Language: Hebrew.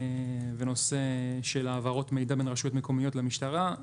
בנושא העברות מידע בין רשויות מקומיות למשטרה.